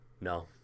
No